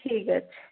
ঠিক আছে